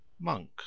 monk